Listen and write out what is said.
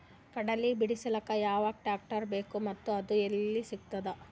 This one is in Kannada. ಕಡಲಿ ಬಿಡಿಸಲಕ ಯಾವ ಟ್ರಾಕ್ಟರ್ ಬೇಕ ಮತ್ತ ಅದು ಯಲ್ಲಿ ಸಿಗತದ?